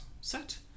set